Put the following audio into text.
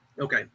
Okay